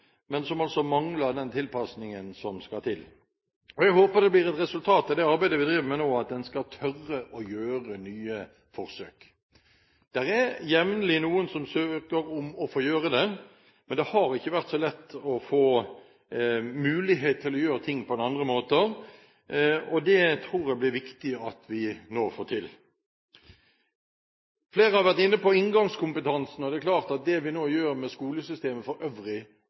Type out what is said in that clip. men mangler den tilpasningen som skal til. Jeg håper resultatet av det arbeidet vi driver med nå, blir at en skal tørre å gjøre nye forsøk. Det er jevnlig noen som søker om å få gjøre det, men det har ikke vært så lett å få mulighet til å gjøre ting på andre måter. Det tror jeg blir viktig at vi nå får til. Flere har vært inne på inngangskompetansen. Det er klart at det vi nå gjør med skolesystemet for øvrig,